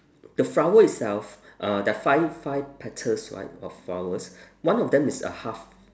the flower itself uh there are five five petals right of flowers one of them is uh half